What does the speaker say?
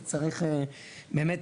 באמת,